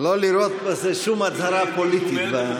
לא לראות בזה שום הצהרה פוליטית.